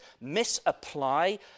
misapply